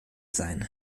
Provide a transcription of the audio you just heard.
sein